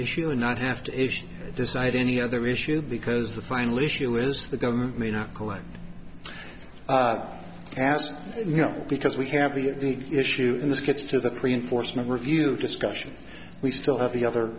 issue and not have to decide any other issue because the final issue is the government may not collect asked you know because we have the issue in this gets to the pre enforcement review discussion we still have the other